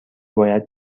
باید